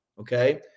Okay